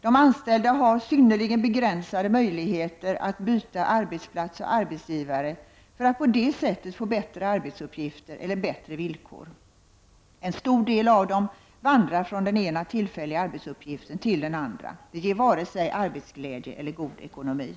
De anställda har synnerligen begränsade möjligheter att byta arbetsplats och arbetsgivare för att på det sättet få bättre arbetsuppgifter eller bättre villkor. En stor del av dem vandrar från den ena tillfälliga arbetsuppgiften till den andra. Det ger inte vare sig arbetsglädje eller god ekonomi.